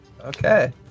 Okay